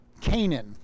Canaan